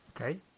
Okay